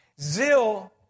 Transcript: Zeal